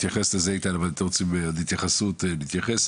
אם אתם רוצים עוד התייחסות נתייחס.